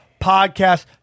podcast